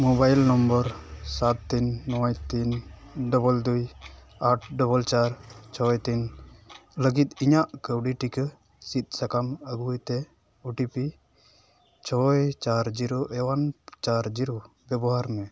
mobile number ᱥᱟᱛ ᱛᱤᱱ ᱱᱚᱭ ᱛᱤᱱ ᱰᱚᱵᱚᱞ ᱫᱩᱭ ᱟᱴ ᱰᱚᱵᱚᱞ ᱪᱟᱨ ᱪᱷᱚᱭ ᱛᱤᱱ ᱞᱟᱹᱜᱤᱫ ᱤᱧᱟᱹᱜ ᱠᱟᱹᱣᱰᱤ ᱴᱤᱠᱟᱹ ᱥᱤᱫᱽ ᱥᱟᱠᱟᱢ ᱟᱹᱜᱩᱭ ᱛᱮ ᱳ ᱴᱤ ᱯᱤ ᱪᱷᱚᱭ ᱪᱟᱨ ᱡᱤᱨᱳ ᱚᱣᱟᱱ ᱪᱟᱨ ᱡᱤᱨᱳ ᱵᱮᱵᱚᱦᱟᱨ ᱢᱮ